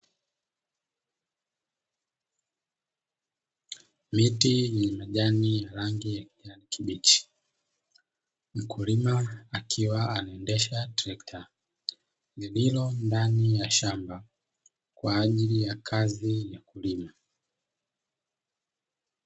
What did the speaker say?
Miti yenye majani ya rangi ya kijani kibichi, mkulima akiwa anaendesha trekta lililondani ya shamba kwa ajili ya kazi ya kulima.